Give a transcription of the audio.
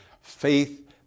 faith